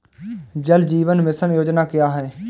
जल जीवन मिशन योजना क्या है?